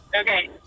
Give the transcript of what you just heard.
Okay